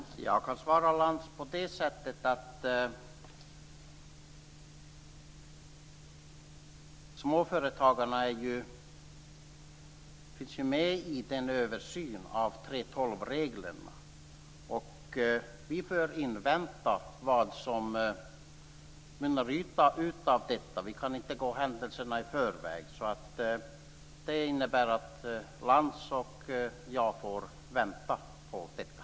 Fru talman! Jag kan svara Lantz på det sättet att småföretagarna finns ju med i översynen av 3:12 reglerna. Vi får invänta vad som kommer ut av detta. Vi kan inte gå händelserna i förväg. Det innebär att Lantz och jag får vänta på detta.